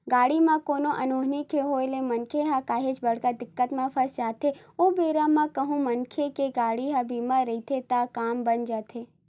गाड़ी म कोनो अनहोनी के होय ले मनखे ह काहेच बड़ दिक्कत म फस जाथे ओ बेरा म कहूँ मनखे के गाड़ी ह बीमा रहिथे त काम बन जाथे